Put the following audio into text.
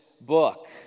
book